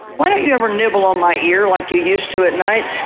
why don't you ever nibble on my ear like you used to at night?